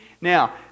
Now